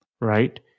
right